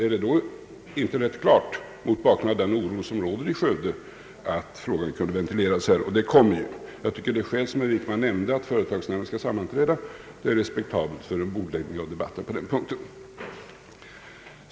Är det inte mot bakgrunden av den oro, som råder i Skövde, rätt klart att frågan kunde ventileras här? Nu kommer ju så att ske, och det skäl som herr Wickman nämnde, nämligen att företagsnämnden skall sammanträda, tycker jag kan accepteras för en bordläggning på den punkten.